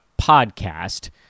podcast